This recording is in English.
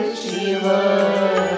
Shiva